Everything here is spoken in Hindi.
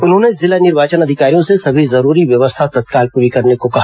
उन्होंने जिला निर्वाचन अधिकारियों से सभी जरूरी व्यवस्था तत्काल पूरी करने को कहा